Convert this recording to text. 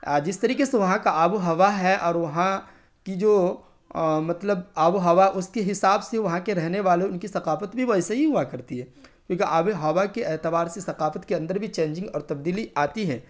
جس طریقے سے وہاں کا آب و ہوا ہے اور وہاں کی جو مطلب آب و ہوا اس کے حساب سے وہاں کے رہنے والوں ان کی ثقافت بھی ویسے ہی ہوا کرتی ہے کیونکہ آب ہوا کے اعتبار سے ثقافت کے اندر بھی چینجنگ اور تبدیلی آتی ہے